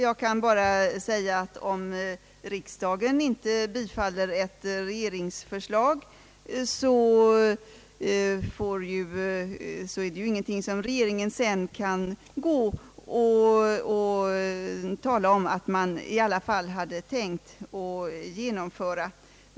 Jag kan bara säga att om riksdagen inte bifaller ett regeringsförslag, kan regeringen ju inte sedan säga att man hade tänkt att genomföra det.